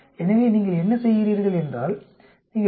எனவே நீங்கள் என்ன செய்கிறீர்கள் என்றால் நீங்கள் மைனஸ் 0